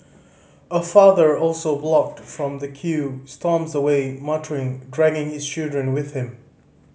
a father also blocked from the queue storms away muttering dragging his children with him